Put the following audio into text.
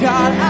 God